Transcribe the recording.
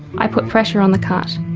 i put pressure on the cut,